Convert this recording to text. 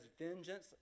vengeance